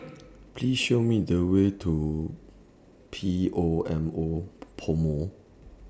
Please Show Me The Way to P O M O Pomo